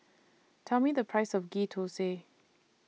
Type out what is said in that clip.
Tell Me The Price of Ghee Thosai